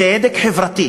צדק חברתי.